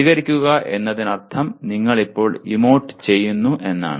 പ്രതികരിക്കുക എന്നതിനർത്ഥം നിങ്ങൾ ഇപ്പോൾ ഇമോട്ട് ചെയ്യുന്നു എന്നാണ്